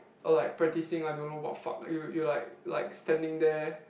or like practicing I don't know what fuck you you like like standing there